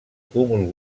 cúmul